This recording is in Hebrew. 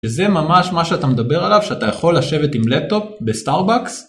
וזה ממש מה שאתה מדבר עליו, שאתה יכול לשבת עם לפטופ בסטארבקס